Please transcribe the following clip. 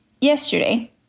Yesterday